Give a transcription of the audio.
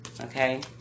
Okay